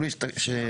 רשאי